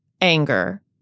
anger